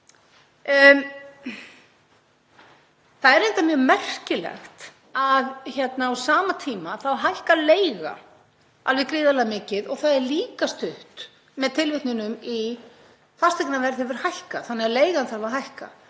Það er reyndar mjög merkilegt að á sama tíma hækkar leiga alveg gríðarlega mikið og það er líka stutt með tilvitnunum í fasteignaverð. Fasteignaverð hefur hækkað þannig að leigan þarf að hækka.